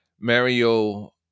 Mario